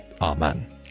Amen